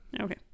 okay